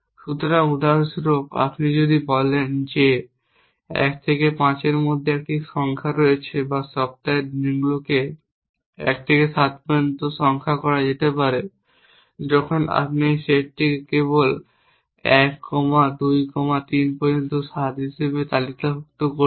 সুতরাং উদাহরণস্বরূপ আপনি যদি বলেন যে 1 থেকে 5 এর মধ্যে একটি সংখ্যা রয়েছে বা সপ্তাহের দিনগুলিকে 1 থেকে 7 পর্যন্ত সংখ্যা করা যেতে পারে যখন আপনি এই সেটটিকে কেবল 1 কমা 2 কমা 3 পর্যন্ত 7 হিসাবে তালিকাভুক্ত করবেন